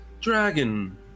dragon